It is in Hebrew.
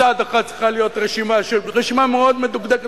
מצד אחד צריכה להיות רשימה מאוד מדויקת